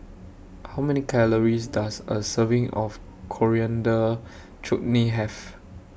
How Many Calories Does A Serving of Coriander Chutney Have